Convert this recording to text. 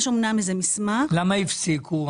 יש, אמנם, איזה מסמך --- למה הפסיקו?